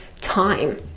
Time